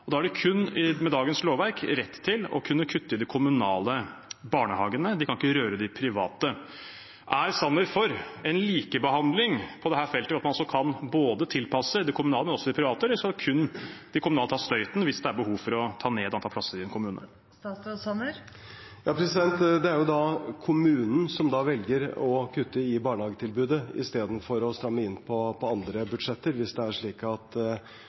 Da er det med dagens lovverk kun rett til å kunne kutte i de kommunale barnehagene; de kan ikke røre de private. Er Sanner for en likebehandling på dette feltet, altså ved at man kan tilpasse både de kommunale og de private, eller skal kun de kommunale ta støyten hvis det er behov for å ta ned antall plasser i en kommune? Det er jo kommunen som da velger å kutte i barnehagetilbudet i stedet for å stramme inn på andre budsjetter. Hvis det er slik at